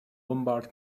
lombard